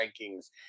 rankings